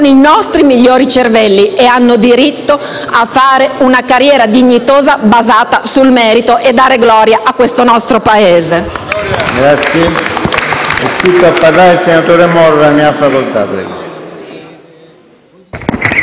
i nostri migliori cervelli e hanno diritto a fare una carriera dignitosa basata sul merito e dare gloria a questo nostro Paese.